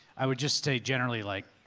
i would just say generally like,